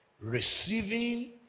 receiving